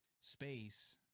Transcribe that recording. space